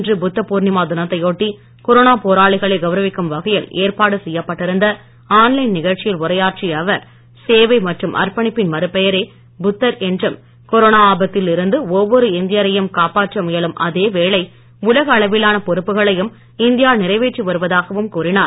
இன்று புத்த பூர்ணிமா தினத்தை ஒட்டி கொரோனா போராளிகளை கௌரவிக்கும் வகையில் ஏற்பாடு செய்யப்பட்டிருந்த ஆன் லைன் நிகழ்ச்சியில் உரையாற்றிய அவர் சேவை மற்றும் அர்ப்பணிப்பின் மறுபெயரே புத்தர் என்றும் கொரோனா ஆபத்தில் இருந்து ஒவ்வொரு இந்தியரையும் காப்பாற்ற முயலும் அதேவேளை உலக அளவிலான பொறுப்புகளையும் இந்தியா வருவதாகவும் கூறினார்